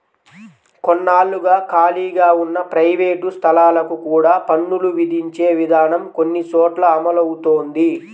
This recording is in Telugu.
కొన్నాళ్లుగా ఖాళీగా ఉన్న ప్రైవేట్ స్థలాలకు కూడా పన్నులు విధించే విధానం కొన్ని చోట్ల అమలవుతోంది